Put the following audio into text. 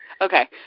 Okay